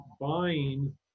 buying